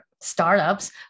startups